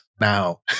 now